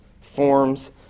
forms